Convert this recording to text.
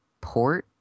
port